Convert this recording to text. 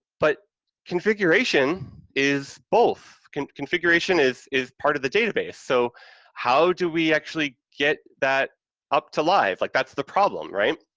but configuration is both, configuration is is part of the database, so how do we actually get that up to live? like, that's the problem, right?